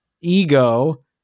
ego